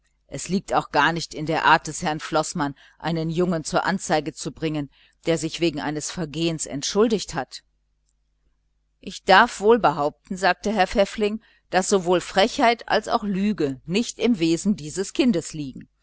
es liegt auch gar nicht in der art des herrn sekretär floßmann einen jungen zur anzeige zu bringen der sich wegen eines vergehens entschuldigt hat ich darf wohl behaupten sagte herr pfäffling daß sowohl frechheit als lüge auch nicht im wesen dieses kindes liegen